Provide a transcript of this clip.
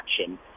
action